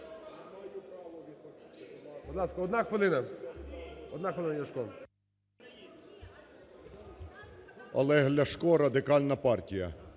Олег Ляшко, Радикальна партія.